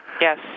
Yes